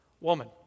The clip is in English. woman